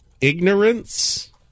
ignorance